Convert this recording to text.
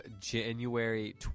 january